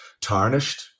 tarnished